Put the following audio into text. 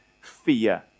fear